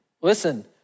listen